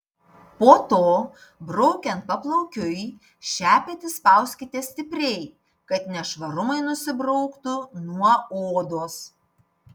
po to braukiant paplaukiui šepetį spauskite stipriai kad nešvarumai nusibrauktų nuo odos